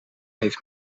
heeft